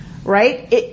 Right